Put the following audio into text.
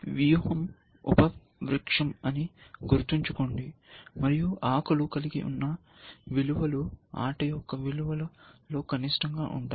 వ్యూహం ఉప వృక్షం అని గుర్తుంచుకోండి మరియు ఆకులు కలిగి ఉన్న విలువలు ఆట యొక్క విలువల లో కనిష్టంగా ఉంటాయి